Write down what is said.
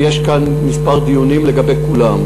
יש כאן כמה דיונים לגבי כולם,